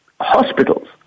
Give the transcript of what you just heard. Hospitals